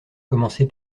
commencée